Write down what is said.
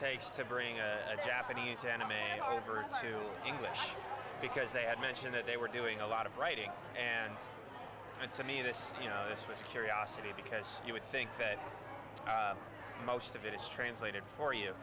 takes to bring japanese anime over to english because they had mentioned that they were doing a lot of writing and to me this you know this was a curiosity because you would think that most of it is translated